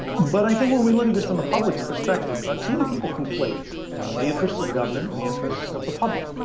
but i think when we look at this from the public's perspective, too many people conflate the interests of government and the interests of the public.